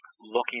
looking